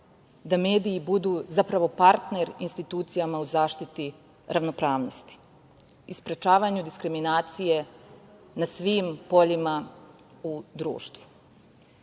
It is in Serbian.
da mediji budu, zapravo, partner institucijama u zaštiti ravnopravnosti i sprečavanju diskriminacije na svim poljima u društvu. Osvrnuću